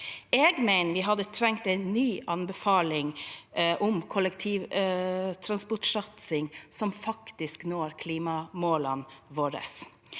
Jeg mener vi hadde trengt en ny anbefaling om kollektivtransportsatsing som faktisk gjør at vi når klimamålene våre.